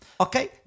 Okay